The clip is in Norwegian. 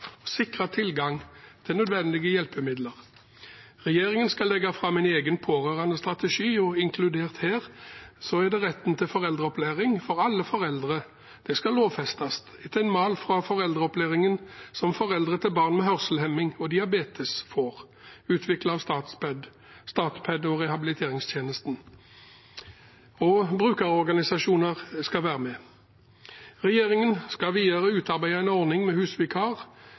sikre tilgang til nødvendige hjelpemidler. Regjeringen skal legge fram en egen pårørendestrategi, inkludert at retten til foreldreopplæring for alle foreldre til barn med nedsatt funksjonsevne lovfestes, etter mal fra foreldreopplæringen som foreldre til barn med hørselshemming og diabetes får, utviklet av Statped og rehabiliteringstjenesten. Brukerorganisasjoner skal være med. Regjeringen skal videre utarbeide en ordning med